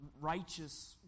righteous